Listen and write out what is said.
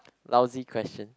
lousy question